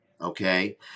okay